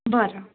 बरं